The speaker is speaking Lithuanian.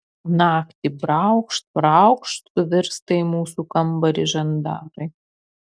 naktį braukšt braukšt suvirsta į mūsų kambarį žandarai